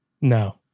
No